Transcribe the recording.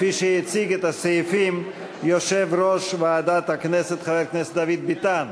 כפי שהציג את הסעיפים יושב-ראש ועדת הכנסת חבר הכנסת דוד ביטן.